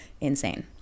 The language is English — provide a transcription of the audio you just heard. insane